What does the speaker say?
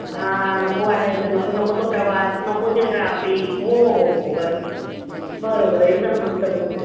आं नको वाटायचं नको नको तो प्रवास नको ती ट्राफिक हो हो हो बरोबर बरोबर एकदम मस्त बोललात